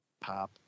pop